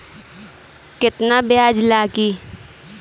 केतना ब्याज लागी?